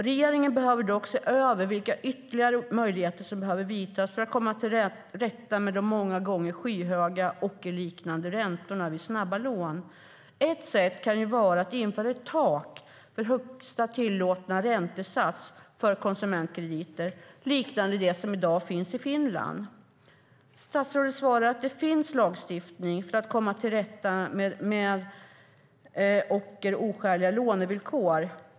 Regeringen behöver dock se över vilka ytterligare möjligheter som måste vidtas för att man ska komma till rätta med de många gånger skyhöga, ockerliknande räntorna vid snabba lån. Ett sätt kan vara att införa ett tak för högsta tillåtna räntesats för konsumentkrediter liknande det som i dag finns i Finland. Statsrådet svarar att det finns lagstiftning för att komma till rätta med ocker och oskäliga lånevillkor.